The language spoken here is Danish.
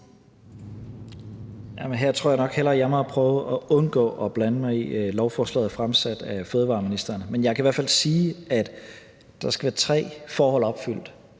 Her tror jeg nok hellere jeg må prøve at undgå at blande mig i lovforslaget fremsat af fødevareministeren. Men jeg kan i hvert fald sige, at der skal være tre forhold opfyldt,